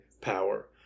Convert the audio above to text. power